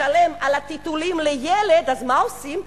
לשלם על הטיטולים לילד, אז מה עושים?